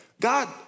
God